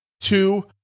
two